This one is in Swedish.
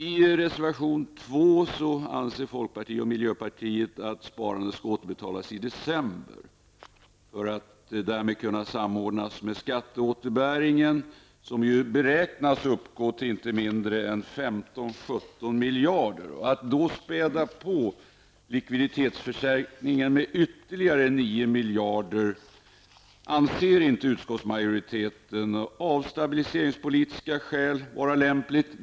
I reservation 2 anser folkpartiet och miljöpartiet att sparandet skall återbetalas i december för att därmed kunna samordnas med skatteåterbäringen. Den beräknas uppgå till inte mindre än 15--17 miljarder kronor. Att då späda på likviditetsförstärkningen med ytterligare 9 miljarder kronor anser inte utskottsmajoriteten av stabiliseringspolitiska skäl vara lämpligt.